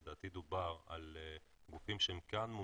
ראיתי את זה אבל לדעתי דובר על גופים שהם מונחים